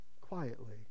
Quietly